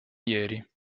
ieri